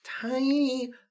tiny